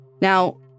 Now